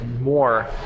more